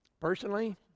Personally